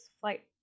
flight